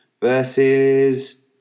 versus